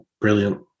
Brilliant